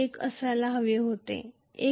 0 असायला हवे होता 1